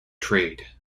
trade